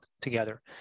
together